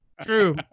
True